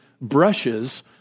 brushes